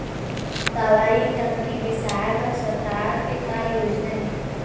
दवई टंकी बिसाए बर सरकार के का योजना हे?